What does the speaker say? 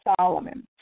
Solomon